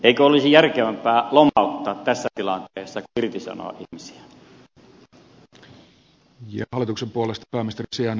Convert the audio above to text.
eikö olisi tässä tilanteessa järkevämpää lomauttaa kuin irtisanoa ihmisiä